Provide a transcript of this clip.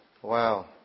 Wow